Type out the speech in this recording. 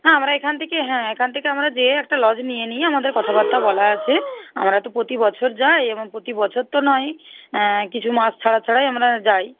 হ্যাঁ আমরা এখান থেকে হ্যাঁ এখান থেকে আমরা যেয়ে একটা লজ নিয়ে নিই আমাদের কথাবার্তা বলা আছে আমরা তো প্রতি বছর যাই এবং প্রতি বছর তো নয় কিছু মাস ছাড়া ছাড়াই আমরা যাই